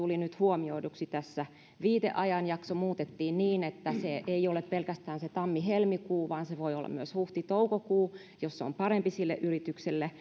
tuli nyt huomioiduksi tässä viiteajanjakso muutettiin niin että se ei ole pelkästään se tammi helmikuu vaan se voi olla myös huhti toukokuu jos se on parempi sille yritykselle